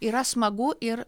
yra smagu ir